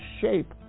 shape